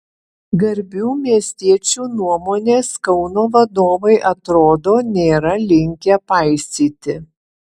garbių miestiečių nuomonės kauno vadovai atrodo nėra linkę paisyti